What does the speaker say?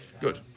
Good